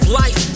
life